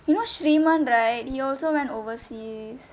you know sriman right he also went overseas